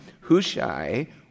Hushai